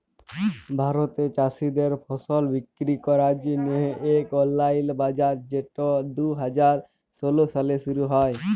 ভারতে চাষীদের ফসল বিক্কিরি ক্যরার জ্যনহে ইক অললাইল বাজার যেট দু হাজার ষোল সালে শুরু হ্যয়